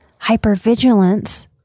Hypervigilance